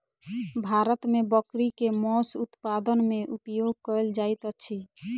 भारत मे बकरी के मौस उत्पादन मे उपयोग कयल जाइत अछि